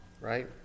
right